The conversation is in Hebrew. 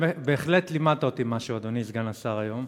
בהחלט לימדת אותי משהו, אדוני סגן השר, היום.